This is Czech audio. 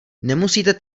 nemusíte